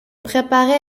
préparait